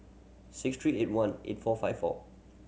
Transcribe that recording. six three eight one eight four five four